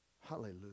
hallelujah